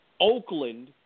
Oakland